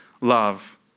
love